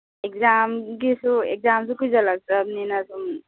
ꯑꯦꯛꯖꯥꯝꯒꯤꯁꯨ ꯑꯦꯛꯖꯥꯝꯁꯨ ꯀꯨꯏꯁꯤꯜꯂꯛꯇ꯭ꯔꯕꯅꯤꯅ ꯁꯨꯝ